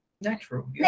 natural